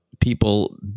people